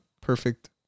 perfect